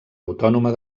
autònoma